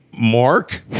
Mark